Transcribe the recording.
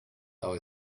our